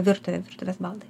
virtuvė virtuvės baldai